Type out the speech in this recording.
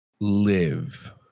live